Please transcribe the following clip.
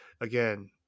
again